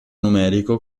numerico